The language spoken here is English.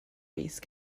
base